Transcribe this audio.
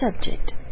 subject